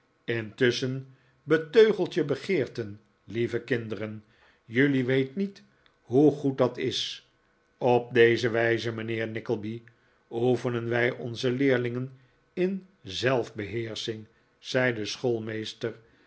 intusschen beteugelt je begeerten lieve kinderen jullie weet niet hoe goed dat is op deze wijze mijnheer nickleby oefenen wij onze leerlingen in zelfbeheersching zei de